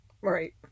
Right